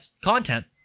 content